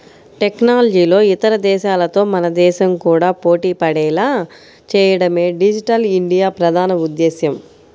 టెక్నాలజీలో ఇతర దేశాలతో మన దేశం కూడా పోటీపడేలా చేయడమే డిజిటల్ ఇండియా ప్రధాన ఉద్దేశ్యం